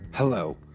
Hello